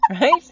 right